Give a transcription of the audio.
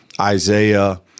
Isaiah